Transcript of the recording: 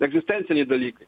egzistenciniai dalykai